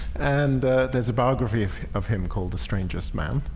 and there's a biography of of him called a strangest man,